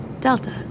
Delta